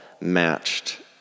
matched